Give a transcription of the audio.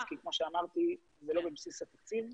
כי כמו שאמרתי זה לא בבסיס התקציב,